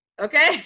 Okay